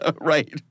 Right